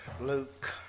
Luke